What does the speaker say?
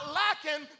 lacking